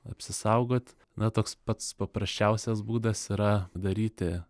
apsisaugot na toks pats paprasčiausias būdas yra daryti